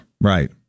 Right